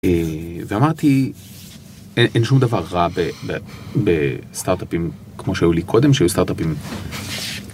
ואמרתי, אין שום דבר רע בסטארט-אפים כמו שהיו לי קודם, שהיו סטארט-אפים...